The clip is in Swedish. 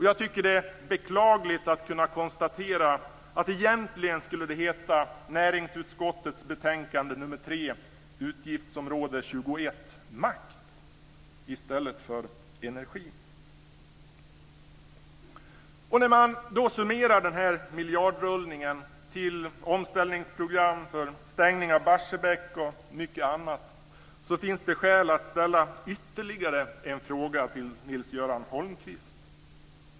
Jag tycker att det är beklagligt att kunna konstatera att näringsutskottets betänkande nr 3 egentligen skulle heta Utgiftsområde 21 Makt i stället för Utgiftsområde 21 Energi. När man summerar denna miljardrullning till omställningsprogram för stängning av Barsebäck och mycket annat finns det skäl att ställa ytterligare en fråga till Nils-Göran Holmqvist.